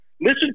listen